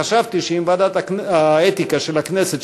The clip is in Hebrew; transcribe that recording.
חשבתי שאם ועדת האתיקה של הכנסת,